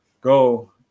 go